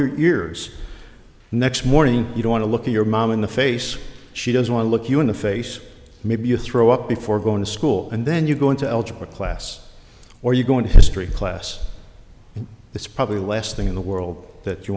your ears next morning you don't want to look at your mom in the face she doesn't want to look you in the face maybe you throw up before going to school and then you go into algebra class or you go in history class and it's probably last thing in the world that you